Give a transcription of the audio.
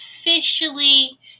officially